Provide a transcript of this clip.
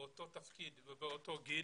באותו תפקיד ובאותו גיל,